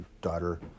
daughter